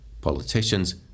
Politicians